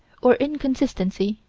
or inconsistency,